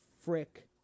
Frick